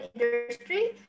industry